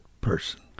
person